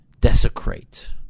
desecrate